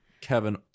Kevin